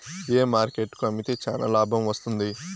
ఏ market కు అమ్మితే చానా లాభం వస్తుంది?